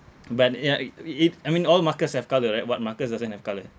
but ya it it I mean all markers have colour right what markers doesn't have colour